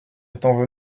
étant